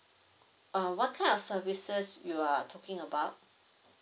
uh what kind of services you are talking about